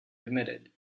admitted